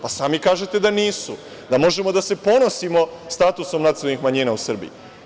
Pa, sami kažete da nisu, da možemo da se ponosimo statusom nacionalnih manjina u Srbiji.